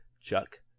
Chuck